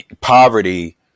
poverty